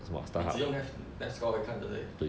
你自用 net~ net score 而已看对不对